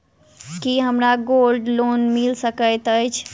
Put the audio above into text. की हमरा gold loan मिल सकैत ये?